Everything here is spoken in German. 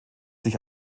sich